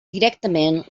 directament